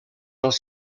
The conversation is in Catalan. els